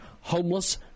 Homeless